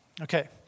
okay